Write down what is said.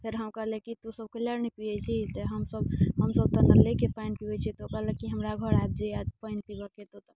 फेर हम कहलियै कि तूसभ कैला नहि पीयैत छी तऽ हमसभ हमसभ तऽ नलेके पानि पीबै छियै तऽ ओ कहलक कि हमरा घर आबि जाइए पानि पीबयके हेतौ तऽ